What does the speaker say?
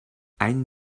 any